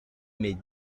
m’est